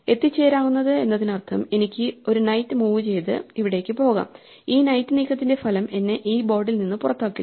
എത്തിച്ചേരാനാകുന്നത് എന്നതിനർത്ഥം എനിക്ക് ഒരു നൈറ്റ് മൂവ് ചെയ്ത് അവിടേക്ക് പോകാം ഈ നൈറ്റ് നീക്കത്തിന്റെ ഫലം എന്നെ ഈ ബോർഡിൽ നിന്ന് പുറത്താക്കില്ല